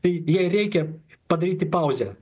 tai jai reikia padaryti pauzę